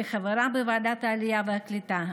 כחברה בוועדת העלייה והקליטה,